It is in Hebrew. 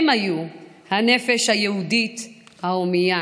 הם היו הנפש היהודית ההומייה.